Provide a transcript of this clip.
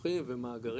קידוחים ומאגרים,